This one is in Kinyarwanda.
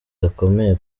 gakomeye